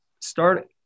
start